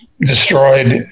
destroyed